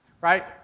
right